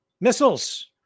missiles